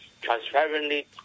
Transparently